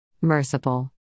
merciful